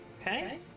Okay